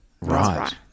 Right